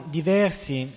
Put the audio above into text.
diversi